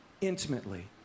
intimately